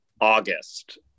August